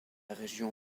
région